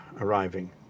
arriving